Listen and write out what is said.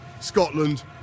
Scotland